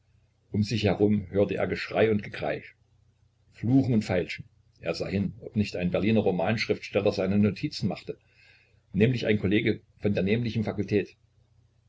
um sich herum hörte er geschrei und gekreisch fluchen und feilschen er sah hin ob nicht ein berliner romanschriftsteller seine notizen machte nämlich ein kollege von der nämlichen fakultät